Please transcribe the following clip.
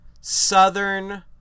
southern